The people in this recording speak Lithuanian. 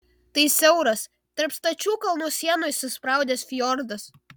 tai siauras tarp stačių kalnų sienų įsispraudęs fjordas